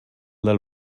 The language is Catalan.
del